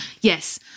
Yes